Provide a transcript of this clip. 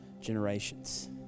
generations